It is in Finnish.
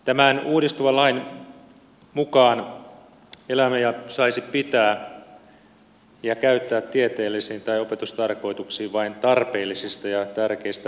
tämän uudistuvan lain mukaan eläimiä saisi pitää ja käyttää tieteellisiin tai opetustarkoituksiin vain tarpeellisista ja tärkeistä syistä